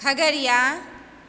Khagaria